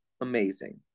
amazing